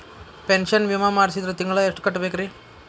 Pension ವಿಮಾ ಮಾಡ್ಸಿದ್ರ ತಿಂಗಳ ಎಷ್ಟು ಕಟ್ಬೇಕ್ರಿ?